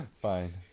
Fine